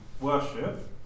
worship